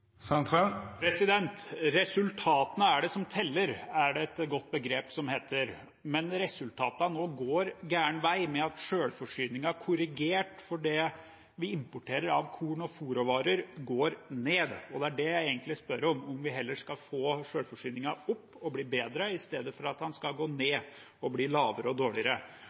Resultatene teller, heter det – et godt begrep. Men resultatene går nå feil vei ved at selvforsyningen, korrigert for det vi importerer av korn og fôrråvarer, går ned. Det er det jeg egentlig spør om, om vi heller skal få selvforsyningen opp og bli bedre, istedenfor at den skal gå ned og bli lavere og dårligere.